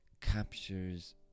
captures